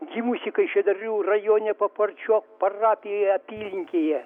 gimusį kaišiadorių rajone paparčių parapijoje apylinkėje